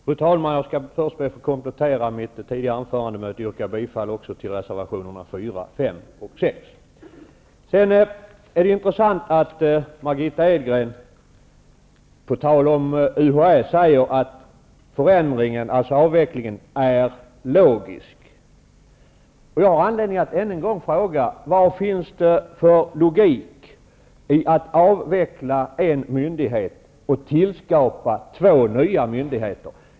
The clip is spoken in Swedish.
Fru talman! Först vill jag komplettera mitt tidigare anförande med att yrka bifall till reservationerna 4, Det är intressant att Margitta Edgren på tal om UHÄ säger att avvecklingen är logisk. Jag har anledning att än en gång fråga: Vad finns det för logik i att avveckla en myndighet och samtidigt tilskapa två nya myndigheter?